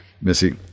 missy